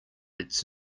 its